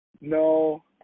no